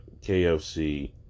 KFC